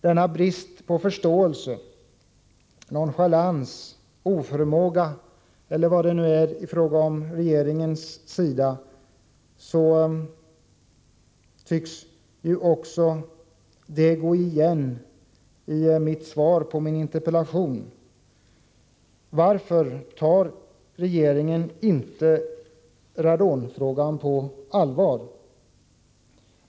Denna brist på förståelse, nonchalans, oförmåga eller vad det nu är från regeringens sida tycks också gå igen i svaret på min interpellation. Varför tar regeringen inte radonfrågan på allvar?